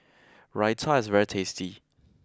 Raita is very tasty